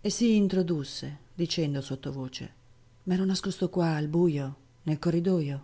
e si introdusse dicendo sottovoce m'ero nascosto qua al bujo nel corridojo